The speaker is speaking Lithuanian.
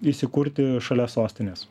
įsikurti šalia sostinės